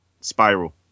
spiral